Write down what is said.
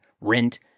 rent